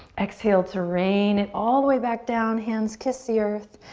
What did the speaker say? exhale to rain it all the way back down. hands kiss the earth.